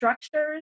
structures